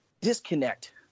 disconnect